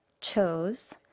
chose